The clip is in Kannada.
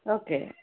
ಓಕೆ